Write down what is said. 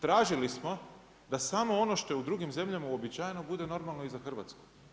Tražili smo da samo ono što je u drugim zemljama uobičajeno bude normalno i za Hrvatsku.